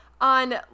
on